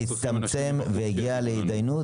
ציינתי